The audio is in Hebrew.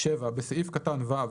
"; (5)בסעיף קטן (ו),